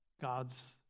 God's